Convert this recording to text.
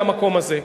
למקום הזה.